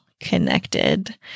connected